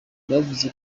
bavuze